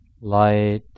light